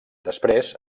després